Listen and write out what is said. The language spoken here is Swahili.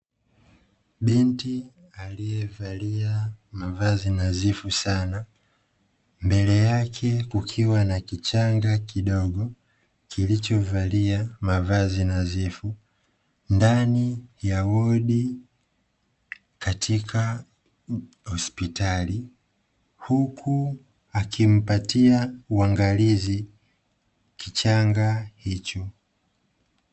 Binti alievalia mavazi nadhifu sana, mbele yake kukiwa na kichanga kidogo, kilicho valia mavazi nadhifu. Ndani ya wodi katika hospitali. Huku akimpatia uangalizi kichanga hicho.